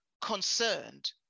concerned